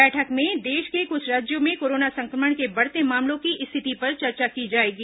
बैठक में देश के कुछ राज्यों में कोरोना संक्रमण के बढ़ते मामलों की स्थिति पर चर्चा की जाएगी